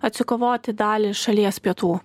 atsikovoti dalį šalies pietų